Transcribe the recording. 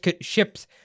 ships